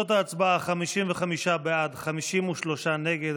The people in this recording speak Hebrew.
53 נגד.